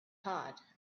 hot